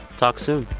talk soon